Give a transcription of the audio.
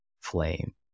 flame